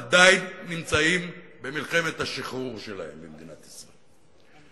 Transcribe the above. עדיין נמצאים במלחמת השחרור שלהם במדינת ישראל.